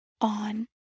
on